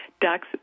ducks